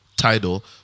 Title